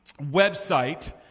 website